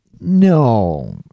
No